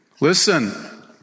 Listen